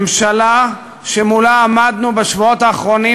ממשלה שמולה עמדנו בשבועות האחרונים,